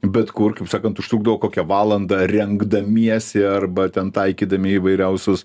bet kur kaip sakant užtrukdavo kokią valandą rengdamiesi arba ten taikydami įvairiausius